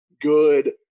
good